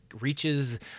reaches